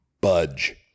Budge